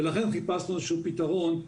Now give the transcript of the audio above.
ולכן חיפשנו איזשהו פתרון.